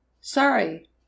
Sorry